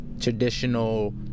traditional